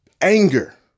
anger